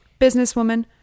businesswoman